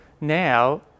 now